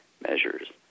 measures